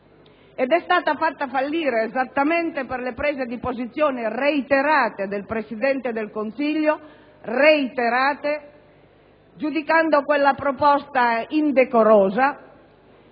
è stata fatta fallire, esattamente per le prese di posizione reiterate del Presidente del Consiglio, giudicando la proposta avanzata